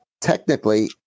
technically